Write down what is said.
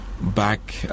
back